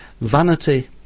vanity